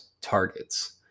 targets